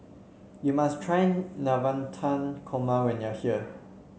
you must try Navratan Korma when you are here